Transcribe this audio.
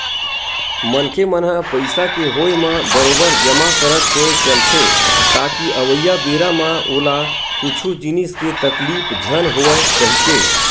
मनखे मन ह पइसा के होय म बरोबर जमा करत होय चलथे ताकि अवइया बेरा म ओला कुछु जिनिस के तकलीफ झन होवय कहिके